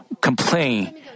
complain